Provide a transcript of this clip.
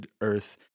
earth